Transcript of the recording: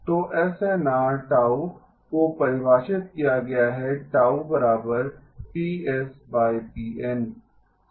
तो एसएनआर Γ को परिभाषित किया गया है